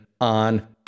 on